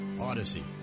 Odyssey